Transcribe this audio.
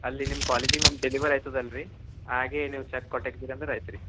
ಅಲ್ಲಿ ನಿಮ್ಮ ಕಾಲೇಜಿಗೆ ನಮ್ಮ ಡೆಲಿವರಿ ಐತದ ಅಲ್ರಿ ಹಾಗೇ ನೀವು ಚಕ್ ಕೊಟ್ಟೋಗಿದೆ ಅಂದರೆ ಐತಿ ರೀ